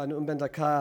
בנאום בן דקה,